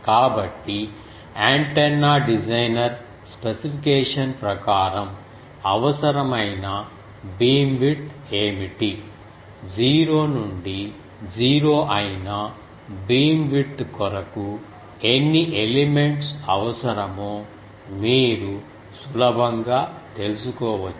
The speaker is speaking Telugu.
కాబట్టి యాంటెన్నా డిజైనర్ స్పెసిఫికేషన్ ప్రకారం అవసరమైన బీమ్విడ్త్ ఏమిటి జీరో నుండి జీరో అయిన బీమ్విడ్త్ కొరకు ఎన్ని ఎలిమెంట్స్ అవసరమో మీరు సులభంగా తెలుసుకోవచ్చు